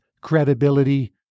credibility